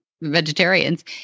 vegetarians